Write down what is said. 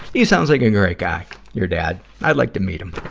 he sounds like a great guy, your dad. i'd like to meet him.